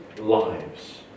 lives